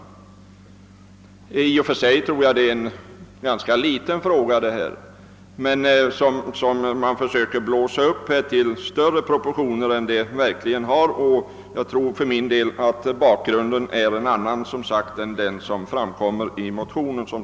Jag anser att denna fråga i och för sig är ganska liten men att man blåser upp den till större proportioner än den verkligen har, och jag tror för min del att bakgrunden är en annan än den som anges i motionen.